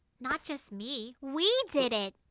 not just me. we did it!